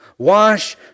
Wash